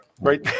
Right